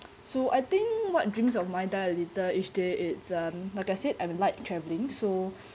so I think what dreams of mine each day it's um like I said I like travelling so